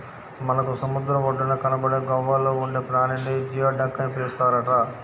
మనకు సముద్రం ఒడ్డున కనబడే గవ్వల్లో ఉండే ప్రాణిని జియోడక్ అని పిలుస్తారట